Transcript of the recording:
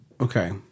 okay